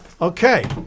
Okay